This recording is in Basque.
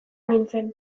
nintzen